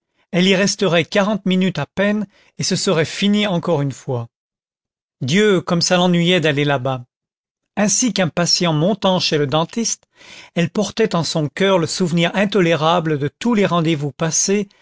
elle y resterait quarante minutes à peine et ce serait fini encore une fois dieu comme ça l'ennuyait d'aller là-bas ainsi qu'un patient montant chez le dentiste elle portait en son coeur le souvenir intolérable de tous les rendez-vous passés